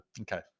Okay